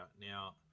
Now